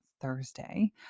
Thursday